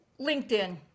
LinkedIn